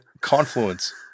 confluence